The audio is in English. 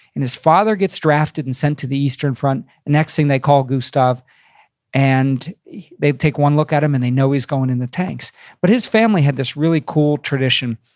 and his father gets drafted and sent to the eastern front. and next thing they call gustav and they take one look at him, and they know he's going in the tanks but his family had this really cool tradition.